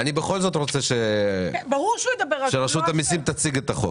אני בכל זאת רוצה שרשות המיסים תציג את החוק.